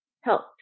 helped